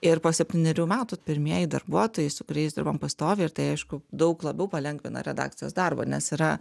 ir po septynerių metų pirmieji darbuotojai su kuriais dirbom pastoviai ir tai aišku daug labiau palengvina redakcijos darbą nes yra